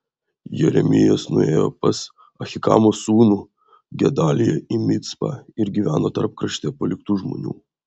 jeremijas nuėjo pas ahikamo sūnų gedaliją į micpą ir gyveno tarp krašte paliktų žmonių